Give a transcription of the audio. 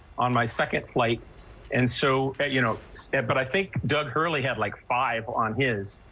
on my second flight and so you know step but i think doug hurley had like five on his.